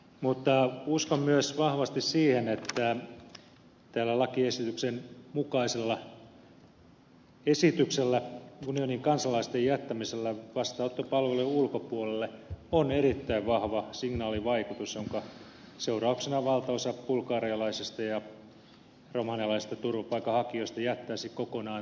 mutta uskon myös vahvasti siihen että tällä lakiesityksen mukaisella esityksellä unionin kansalaisten jättämisellä vastaanottopalvelujen ulkopuolelle on erittäin vahva signaalivaikutus jonka seurauksena valtaosa bulgarialaisista ja romanialaisista turvapaikanhakijoista jättäisi kokonaan tulematta suomeen